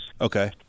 Okay